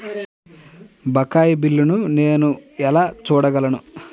బకాయి బిల్లును నేను ఎలా చూడగలను?